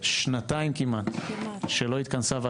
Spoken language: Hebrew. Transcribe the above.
כשנתיים שבהן לא התכנסה.